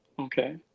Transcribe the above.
Okay